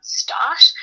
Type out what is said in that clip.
start